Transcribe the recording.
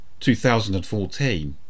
2014